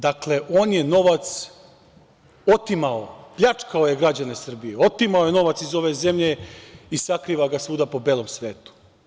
Dakle, on je novac otimao, pljačkao je građane Srbije, otimao novac iz ove zemlje i sakriva ga svuda po belom svetu.